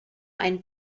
einen